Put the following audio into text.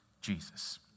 Jesus